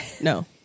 No